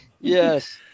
Yes